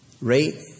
rate